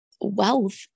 wealth